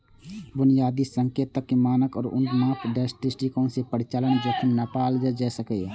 बुनियादी संकेतक, मानक आ उन्नत माप दृष्टिकोण सं परिचालन जोखिम नापल जा सकैए